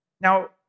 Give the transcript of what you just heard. Now